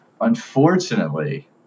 unfortunately